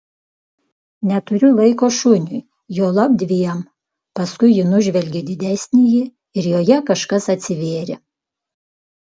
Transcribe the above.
neturiu laiko šuniui juolab dviem paskui ji nužvelgė didesnįjį ir joje kažkas atsivėrė